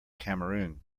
cameroon